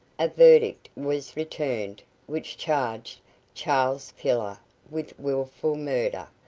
a verdict was returned which charged charles pillar with wilful murder,